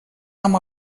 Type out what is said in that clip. amb